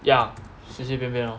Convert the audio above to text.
ya 随随便便 lor